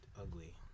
ugly